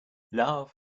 love